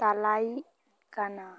ᱛᱟᱞᱟᱤᱡ ᱠᱟᱱᱟ